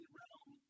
realm